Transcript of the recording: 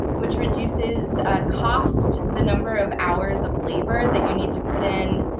which reduces cost, the number of hours of labor that you need to put in,